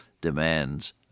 demands